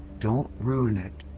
don't ruin it.